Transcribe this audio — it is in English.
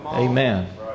Amen